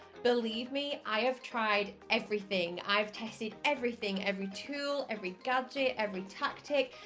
believe me, i have tried everything. i've tested everything, every tool, every gadget, every tactic,